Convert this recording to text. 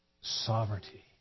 sovereignty